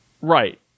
Right